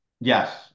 Yes